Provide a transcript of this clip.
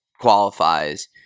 qualifies